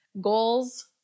Goals